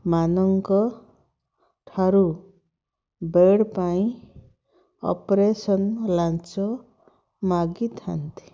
ମାନଙ୍କଠାରୁ ବେଡ଼୍ ପାଇଁ ଅପରେସନ୍ ଲାଞ୍ଚ ମାଗିଥାନ୍ତି